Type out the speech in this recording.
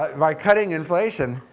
by cutting inflation,